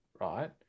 right